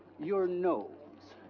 your nose.